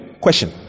Question